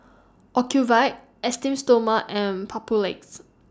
Ocuvite Esteem Stoma and Papulex